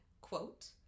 quote